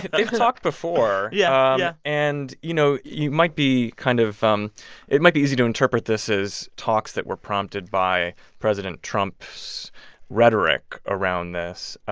they've talked before yeah, yeah and, you know, you might be kind of um it might be easy to interpret this as talks that were prompted by president trump's rhetoric around this.